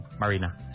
Marina